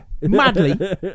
Madly